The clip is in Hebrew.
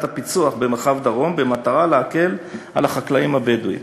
הפיצו"ח במרחב דרום במטרה להקל על החקלאים הבדואים.